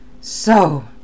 So